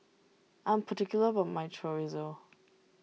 I'm particular about my Chorizo